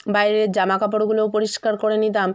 বাইরের জামা কাপড়গুলোও পরিষ্কার করে নিতাম